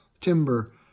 Timber